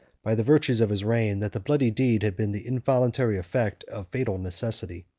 by the virtues of his reign, that the bloody deed had been the involuntary effect of fatal necessity.